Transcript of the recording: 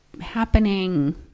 happening